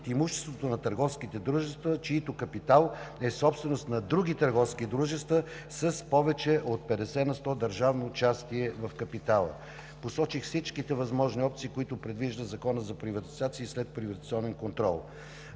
имуществото на търговските дружества, чийто капитал е собственост на други търговски дружества с повече от 50 на сто държавно участие в капитала“. Посочих всичките възможни опции, които предвижда Законът за приватизация и следприватизационен контрол.